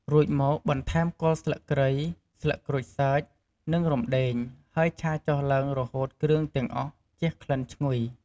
រួចមក បន្ថែមគល់ស្លឹកគ្រៃ ស្លឹកក្រូចសើច និងរំដេង ហើយឆាចុះឡើង រហូតគ្រឿងទាំងអស់ជះក្លិនឈ្ងុយ។